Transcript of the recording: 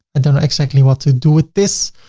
i don't know exactly what to do with this,